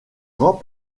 grand